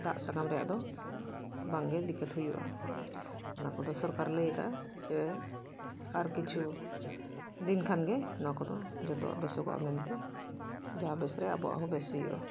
ᱫᱟᱜ ᱥᱟᱱᱟᱢ ᱨᱮᱱᱟᱜ ᱫᱚ ᱵᱟᱝᱜᱮ ᱫᱤᱠᱠᱷᱚᱛ ᱦᱩᱭᱩᱜᱼᱟ ᱚᱱᱟ ᱠᱚᱫᱚ ᱥᱚᱨᱠᱟᱨᱮ ᱞᱟᱹᱭᱟᱠᱟᱜᱼᱟ ᱡᱮ ᱟᱨ ᱠᱤᱪᱷᱩ ᱫᱤᱱ ᱠᱷᱟᱱᱜᱮ ᱱᱚᱣᱟ ᱠᱚᱫᱚ ᱡᱚᱛᱚᱣᱟᱜ ᱵᱮᱥᱚᱜᱚᱜᱼᱟ ᱢᱮᱱᱛᱮ ᱡᱟᱦᱟᱸ ᱵᱮᱥᱨᱮ ᱟᱵᱚᱣᱟᱜ ᱦᱚᱸ ᱵᱮᱥ ᱦᱩᱭᱩᱜᱼᱟ